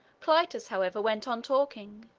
clitus, however, went on talking,